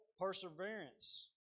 perseverance